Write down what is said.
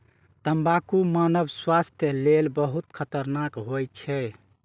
तंबाकू मानव स्वास्थ्य लेल बहुत खतरनाक होइ छै